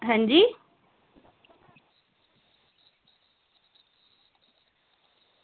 आं जी